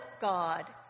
God